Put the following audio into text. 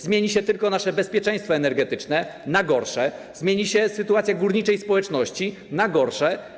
Zmieni się tylko nasze bezpieczeństwo energetyczne - na gorsze, zmieni się sytuacja górniczej społeczności - na gorsze.